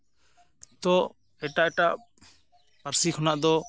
ᱛᱚ ᱮᱴᱟᱜ ᱮᱴᱟᱜ ᱯᱟᱹᱨᱥᱤ ᱠᱷᱚᱱᱟᱜ ᱫᱚ